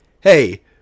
Hey